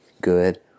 good